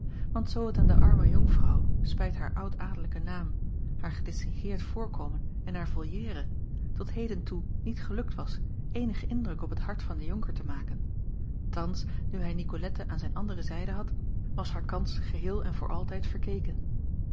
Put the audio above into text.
want zoo het aan de arme onkvrouw spijt haar oudadellijken naam haar gedistingueerd voorkomen en haar volière tot heden toe niet gelukt was eenigen indruk op het hart van den onker te maken thans nu hij icolette aan zijn andere zijde had was haar kans geheel en voor altijd verkeken